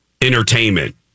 entertainment